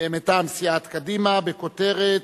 דחיית ביצוע משכנתה על דירת מגורים),